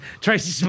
Tracy